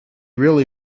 really